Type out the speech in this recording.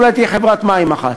אולי תהיה חברת מים אחת.